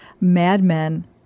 madmen